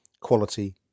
quality